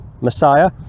Messiah